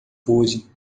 pude